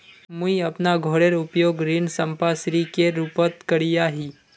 मुई अपना घोरेर उपयोग ऋण संपार्श्विकेर रुपोत करिया ही